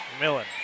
Millen